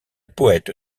poëte